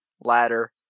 ladder